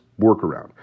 workaround